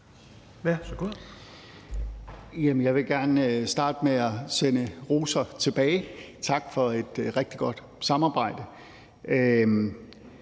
Jeg vil gerne starte med at sende ros tilbage. Tak for et rigtig godt samarbejde.